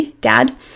Dad